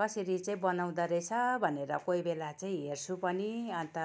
कसरी चाहिँ बनाउँद रहेछ भनेर कोही बेला चाहिँ हेर्छु पनि अन्त